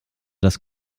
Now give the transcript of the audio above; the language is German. das